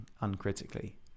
uncritically